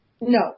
No